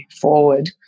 forward